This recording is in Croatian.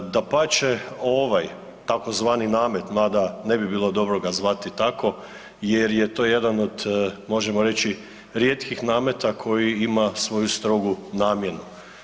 Dapače ovaj tzv. namet mada ne bi bilo dobro ga zvati tako jer je to jedan od možemo reći rijetkih nameta koji ima svoju strogu namjenu.